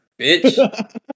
bitch